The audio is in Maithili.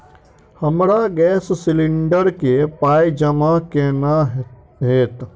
हमरा गैस सिलेंडर केँ पाई जमा केना हएत?